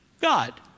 God